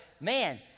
man